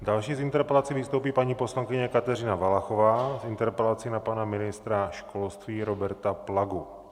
Další s interpelací vystoupí paní poslankyně Kateřina Valachová s interpelací na pana ministra školství Roberta Plagu.